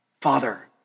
Father